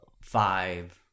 five